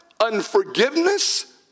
unforgiveness